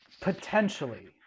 Potentially